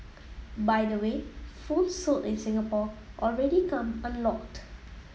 by the way phones sold in Singapore already come unlocked